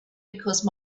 because